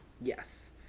Yes